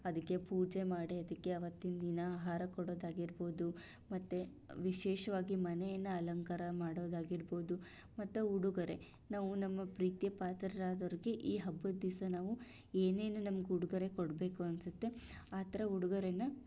ಅದಕ್ಕೆ ಪೊಜೆ ಮಾಡಿ ಅದಕ್ಕೆ ಅವತ್ತಿನ ದಿನ ಆಹಾರ ಕೊಡೊದಾಗಿರ್ಬೋದು ಮತ್ತೆ ವಿಶೇಷವಾಗಿ ಮನೇನ ಅಲಂಕಾರ ಮಡೋದಾಗಿರ್ಬೋದು ಮತ್ತೆ ಉಡುಗೊರೆ ನಾವು ನಮ್ಮ ಪ್ರೀತಿ ಪಾತ್ರರಾದವ್ರಿಗೆ ಈ ಹಬ್ಬದ ದಿವಸ ನಾವು ಏನೇನು ನಮಗೆ ಉಡುಗೊರೆ ಕೊಡ್ಬೇಕು ಅನ್ಸುತ್ತೋ ಆ ಥರ ಉಡುಗೊರೇನ